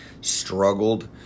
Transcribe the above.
struggled